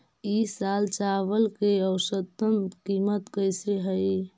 ई साल चावल के औसतन कीमत कैसे हई?